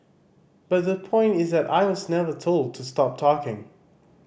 but the point is that I was never told to stop talking